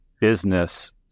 business